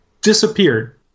disappeared